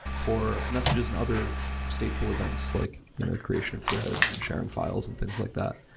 for messages and other stateful events, like the creation of threads and sharing files and things like that,